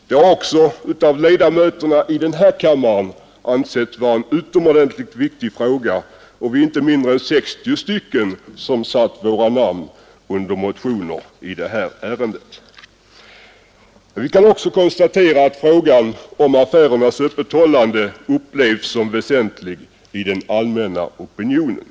Det har också av ledamöterna i denna kammare ansetts vara en utomordentligt viktig fråga, och inte mindre än 60 ledamöter har satt sina namn under motioner i detta ärende. Vi kan också konstatera att frågan om affärernas öppethållande upplevs som väsentlig av den allmänna opinionen.